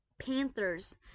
Panthers